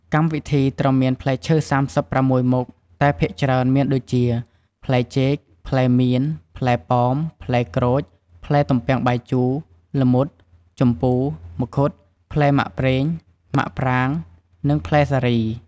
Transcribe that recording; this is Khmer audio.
កម្មវិធីត្រូវមានផ្លែឈើ ៣៦មុខតែភាគច្រើនមានដូចជា ផ្លែចេក ផ្លែមៀន ផ្លែប៉ោម ផ្លែក្រូច ផ្លែទំពាងបាយជូរ ល្មុត ជំពូរ ម្ឃុត ផ្លែម៉ាក់ប៉្រេង ម៉ាក់ប្រាង និងផ្លែសារី ។